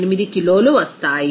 18 కిలోలు వస్తాయి